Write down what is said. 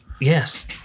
Yes